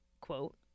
quote